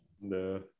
No